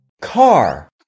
Car